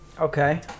Okay